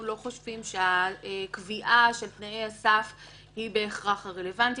אנחנו לא חושבים שהקביעה של תנאי הסף היא בהכרח הרלוונטית.